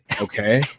Okay